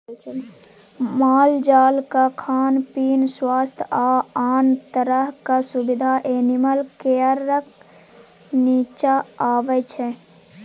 मालजालक खान पीन, स्वास्थ्य आ आन तरहक सुबिधा एनिमल केयरक नीच्चाँ अबै छै